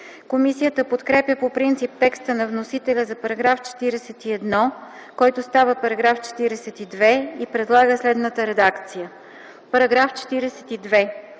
Комисията подкрепя по принцип текста на вносителя за § 41, който става § 42, и предлага следната редакция: „§ 42.